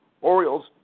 Orioles